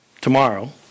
tomorrow